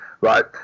Right